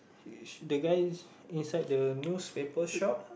uh the guys inside the newspaper shop